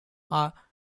are